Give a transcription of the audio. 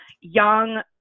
young